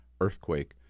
earthquake